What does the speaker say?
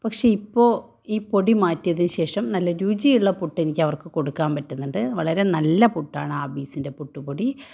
പക്ഷേ ഇപ്പോൾ ഈ പൊടി മാറ്റിയതിനുശേഷം നല്ല രുചിയുള്ള പുട്ടെനിക്കവർക്ക് കൊടുക്കാൻ പറ്റുന്നുണ്ട് വളരെ നല്ല പുട്ടാണ് ആമീസിൻ്റെ പുട്ട് പൊടി